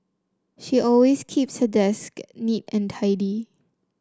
she always keeps her desk neat and tidy